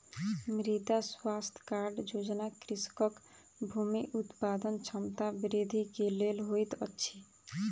मृदा स्वास्थ्य कार्ड योजना कृषकक भूमि उत्पादन क्षमता वृद्धि के लेल होइत अछि